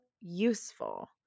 useful